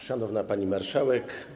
Szanowna Pani Marszałek!